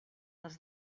els